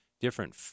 different